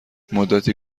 مدتی